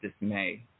dismay